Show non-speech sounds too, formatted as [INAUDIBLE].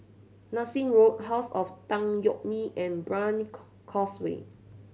Nassim Road House of Tan Yeok Nee and Brani [UNINTELLIGIBLE] Causeway